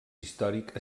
històric